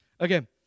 Okay